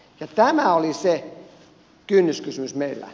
tämä oli se kynnyskysymys meillä